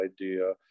idea